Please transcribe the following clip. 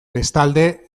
bestalde